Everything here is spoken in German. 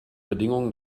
bedingung